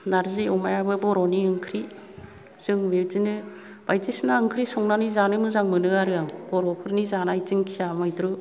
नारजि अमायाबो बर'नि ओंख्रि जों बिदिनो बायदिसिना ओंख्रि संनानै जानो मोजां मोनो आरो आं बर'फोरनि जानाय दिंखिया मैद्रु